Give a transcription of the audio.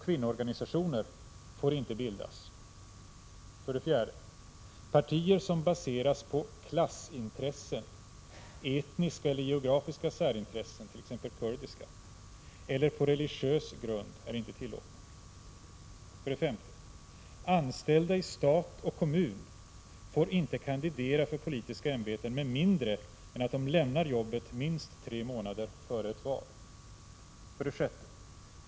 4. Partier som baseras på klassintressen, etniska eller geografiska särintressen eller religiös grund är inte tillåtna. 5. Anställda i stat och kommun får ej kandidera för politiska ämbeten med mindre än att de lämnar jobbet minst tre månader före ett val. 6.